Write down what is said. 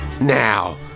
Now